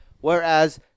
whereas